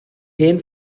hen